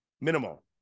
Minimal